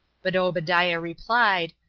but obadiah replied,